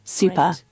Super